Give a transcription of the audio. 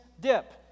dip